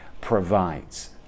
provides